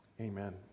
Amen